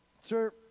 Sir